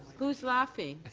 who's laughing?